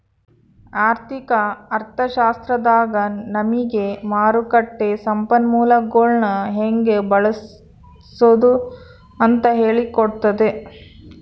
ಆರ್ಥಿಕ ಅರ್ಥಶಾಸ್ತ್ರದಾಗ ನಮಿಗೆ ಮಾರುಕಟ್ಟ ಸಂಪನ್ಮೂಲಗುಳ್ನ ಹೆಂಗೆ ಬಳ್ಸಾದು ಅಂತ ಹೇಳಿ ಕೊಟ್ತತೆ